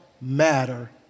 matter